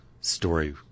story